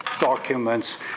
documents